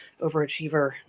overachiever